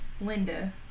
Linda